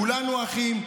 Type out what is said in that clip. כולנו אחים,